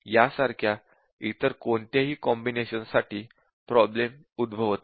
यासारख्या इतर कोणत्याही कॉम्बिनेशन्स साठी प्रॉब्लेम उद्भवत नाही